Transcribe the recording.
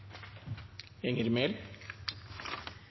Enger Mehl,